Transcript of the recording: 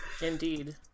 Indeed